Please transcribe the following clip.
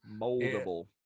moldable